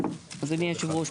אדוני יושב הראש,